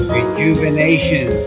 Rejuvenation